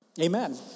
Amen